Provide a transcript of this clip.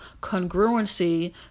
congruency